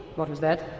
what was that?